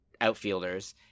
outfielders